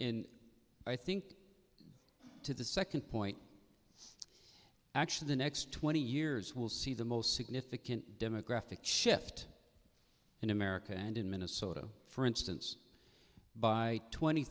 in i think to the second point actually the next twenty years will see the most significant demographic shift in america and in minnesota for instance by twenty